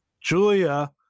Julia